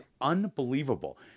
unbelievable